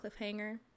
cliffhanger